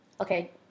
Okay